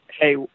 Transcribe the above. Hey